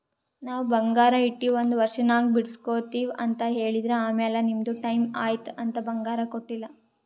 ನಾವ್ ಬಂಗಾರ ಇಟ್ಟಿ ಒಂದ್ ವರ್ಷನಾಗ್ ಬಿಡುಸ್ಗೊತ್ತಿವ್ ಅಂತ್ ಹೇಳಿದ್ರ್ ಆಮ್ಯಾಲ ನಿಮ್ದು ಟೈಮ್ ಐಯ್ತ್ ಅಂತ್ ಬಂಗಾರ ಕೊಟ್ಟೀಲ್ಲ್